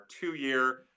two-year